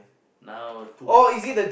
now two by